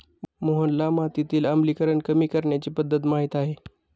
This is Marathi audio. मोहनला मातीतील आम्लीकरण कमी करण्याची पध्दत माहित आहे